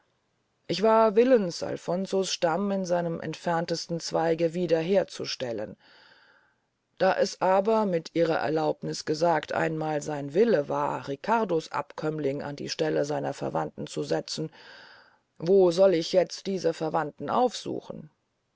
ich war willens alfonso's stamm in seinem entferntesten zweige wieder herzustellen da es aber mit ihrer erlaubniß gesagt einmal sein wille war riccardo's abkömmlinge an die stelle seiner verwandten zu setzen wo soll ich jetzt diese verwandten aufsuchen